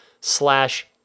slash